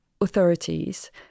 authorities